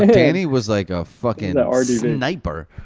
ah danny was like a fucking and um sniper.